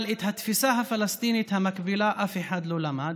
אבל את התפיסה הפלסטינית המקבילה אף אחד לא למד: